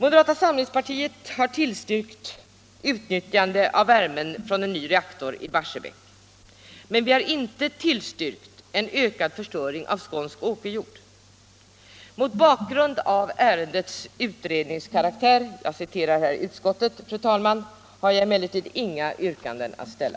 Moderata samlingspartiet har tillstyrkt utnyttjande av värmen från en ny reaktor i Barsebäck. Men vi har inte tillstyrkt en ökad förstöring av skånsk åkerjord. Mot bakgrund av ärendets utredningskaraktär — jag citerar här utskottet, fru talman — har jag emellertid inga yrkanden att ställa.